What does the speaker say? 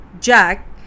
Jack